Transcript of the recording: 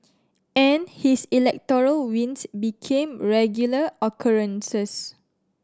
and his electoral wins became regular occurrences